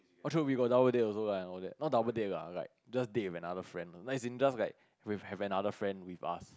oh true we got double date also and all that not double date lah like just date with another friend no as in just like have another friend with us